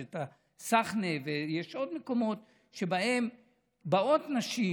יש את הסחנה ויש עוד מקומות שאליהם באות נשים.